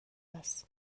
است